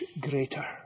greater